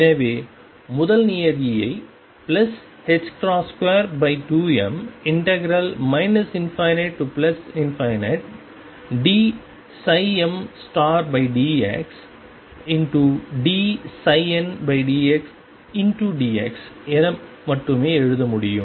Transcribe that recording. எனவே முதல் நியதியை 22m ∞dmdxdndxdx என மட்டுமே எழுத முடியும்